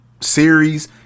series